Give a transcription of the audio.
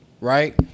right